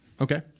Okay